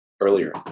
earlier